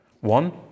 one